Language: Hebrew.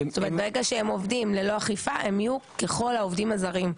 ברגע שהם עובדים ללא אכיפה הם יהיו ככל העובדים הזרים.